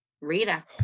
Rita